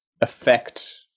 affect